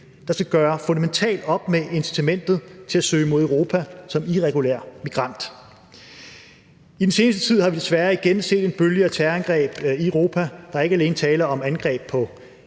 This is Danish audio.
der skal gøre fundamentalt op med incitamentet til at søge mod Europa som irregulær migrant. I den seneste tid har vi desværre igen set en bølge af terrorangreb i Europa. Der er ikke alene tale om angreb på